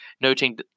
noting